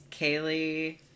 Kaylee